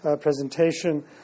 presentation